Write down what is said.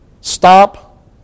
stop